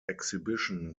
exhibition